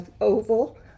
oval